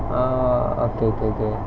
ah okay okay okay